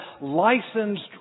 licensed